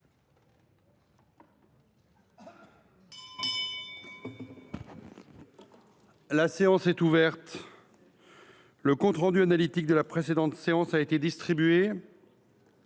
La séance est ouverte. Le compte rendu analytique de la précédente séance a été distribué.